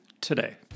today